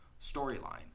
storyline